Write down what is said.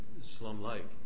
slum-like